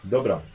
Dobra